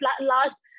last